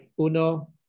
uno